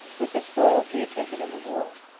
with the spoils he had taken in the war.